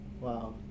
Wow